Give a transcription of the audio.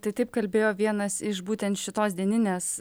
tai taip kalbėjo vienas iš būtent šitos dieninės